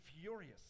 furious